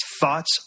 thoughts